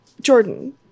Jordan